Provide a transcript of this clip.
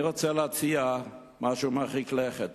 אני רוצה להציע משהו מרחיק לכת: